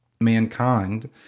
mankind